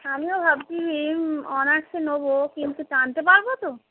হ্যাঁ আমিও ভাবছি এই অনার্সে নেব কিন্তু টানতে পারব তো